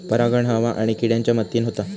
परागण हवा आणि किड्यांच्या मदतीन होता